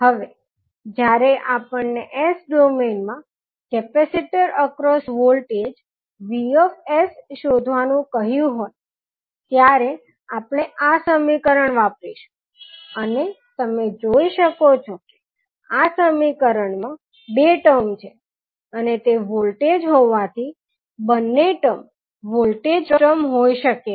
હવે જ્યારે આપણને S ડોમેઇન માં કેપેસિટર અક્રોસ વોલ્ટેજ Vs શોધવાનું કહ્યું હોય ત્યારે આપણે આ સમીકરણ વાપરીશું અને તમે જોઇ શકો છો કે આ સમીકરણ માં બે ટર્મ છે અને તે વોલ્ટેજ હોવાથી બંને ટર્મ વોલ્ટેજ ટર્મ હોઈ શકે છે